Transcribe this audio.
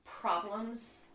problems